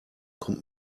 kommt